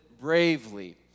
bravely